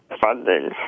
funding